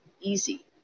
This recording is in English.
easy